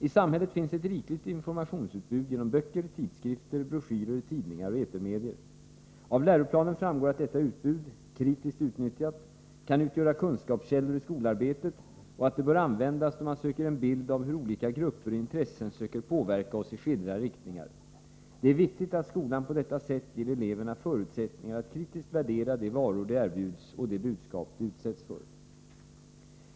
I samhället finns ett rikligt informationsutbud genom böcker, tidskrifter, broschyrer, tidningar och etermedier. Av läroplanen framgår att detta utbud, kritiskt utnyttjat, kan utgöra kunskapskällor i skolarbetet och att det bör användas, då man söker en bild av hur olika grupper och intressen försöker påverka oss i skilda riktningar. Det är viktigt att skolan på detta sätt ger eleverna förutsättningar att kritiskt värdera de varor de erbjuds och de budskap de utsätts för.